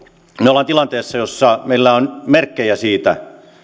olemme tilanteessa jossa meillä on merkkejä siitä